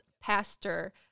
pastor